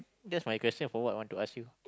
that's my question for what I want to ask you